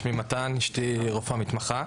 שמי מתן ואשתי רופאה מתמחה.